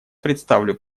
представлю